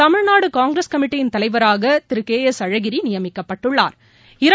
தமிழ்நாடு காங்கிரஸ் கமிட்டியின் தலைவராக திரு கே எஸ் அழகிரி நியமிக்கப்பட்டுள்ளாா்